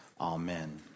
Amen